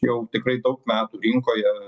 jau tikrai daug metų rinkoje